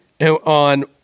on